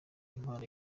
impano